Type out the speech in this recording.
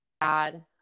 add